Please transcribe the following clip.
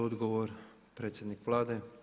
Odgovor, predsjednik Vlade.